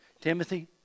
Timothy